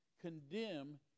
condemn